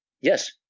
yes